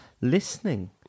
listening